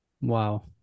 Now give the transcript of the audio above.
Wow